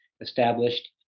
established